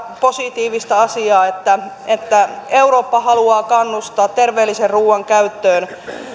positiivista asiaa että että eurooppa haluaa kannustaa terveellisen ruuan käyttöön